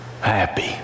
happy